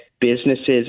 businesses